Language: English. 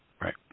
Right